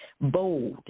bold